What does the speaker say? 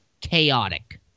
chaotic